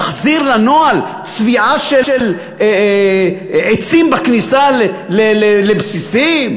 תחזיר לנוהל צביעה של עצים בכניסה לבסיסים?